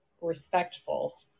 respectful